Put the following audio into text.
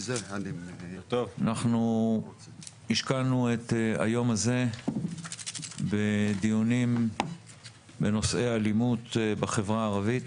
אנחנו השקענו את היום הזה בדיונים בנושאי אלימות בחברה הערבית,